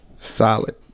solid